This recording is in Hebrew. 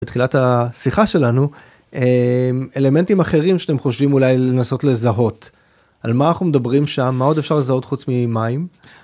תחילת השיחה שלנו אלמנטים אחרים שאתם חושבים אולי לנסות לזהות על מה אנחנו מדברים שם מה עוד אפשר לזהות חוץ ממים.